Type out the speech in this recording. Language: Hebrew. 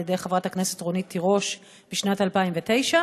ידי חברת הכנסת רונית תירוש בשנת 2009,